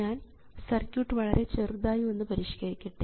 ഞാൻ സർക്യൂട്ട് വളരെ ചെറുതായി ഒന്ന് പരിഷ്കരിക്കട്ടെ